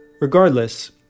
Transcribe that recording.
Regardless